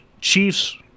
Chiefs